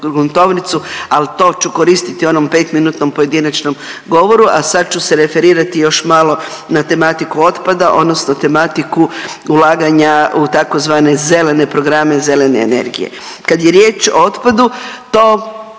al to ću koristiti u onom petminutnom pojedinačnom govoru, a sad ću se referirati još malo na tematiku otpada odnosno tematiku ulaganja u tzv. zelene programe, zelene energije. Kad je riječ o otpadu to